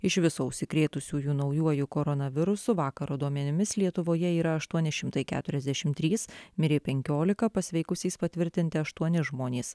iš viso užsikrėtusiųjų naujuoju koronavirusu vakaro duomenimis lietuvoje yra aštuoni šimtai keturiasdešim trys mirė penkiolika pasveikusiais patvirtinti aštuoni žmonės